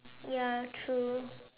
ya true